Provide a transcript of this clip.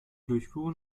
durchfuhren